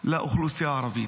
לאוכלוסייה הערבית.